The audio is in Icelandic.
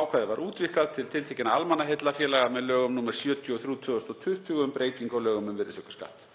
Ákvæðið var útvíkkað til tiltekinna almannaheillafélaga með lögum nr. 73/2020, um breytingu á lögum um virðisaukaskatt.